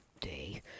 day